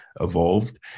evolved